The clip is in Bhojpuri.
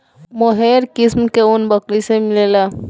मोहेर किस्म के ऊन बकरी से मिलेला